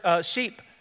sheep